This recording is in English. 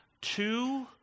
two